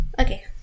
Okay